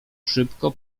szybko